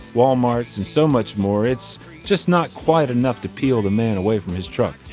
wal-marts and so much more, it's just not quite enough to peel the man away from his truck.